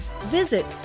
visit